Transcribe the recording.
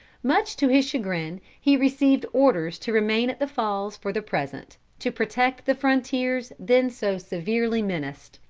much to his chagrin, he received orders to remain at the falls for the present, to protect the frontiers then so severely menaced.